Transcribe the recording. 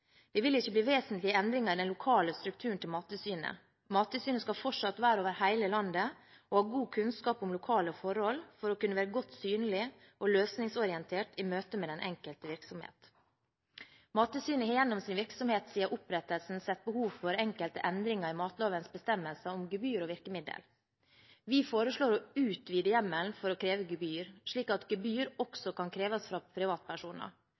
vil ikke bli vesentlige endringer i den lokale strukturen til Mattilsynet. Mattilsynet skal fortsatt være over hele landet og ha god kunnskap om lokale forhold for å kunne være godt synlig og løsningsorientert i møte med den enkelte virksomhet. Mattilsynet har gjennom sin virksomhet siden opprettelsen sett behov for enkelte endringer i matlovens bestemmelser om gebyr og virkemidler. Vi foreslår å utvide hjemmelen for å kreve gebyr, slik at gebyr også kan kreves fra privatpersoner